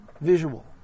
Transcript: visual